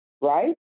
right